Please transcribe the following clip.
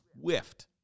swift-